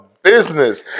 Business